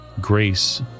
grace